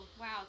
wow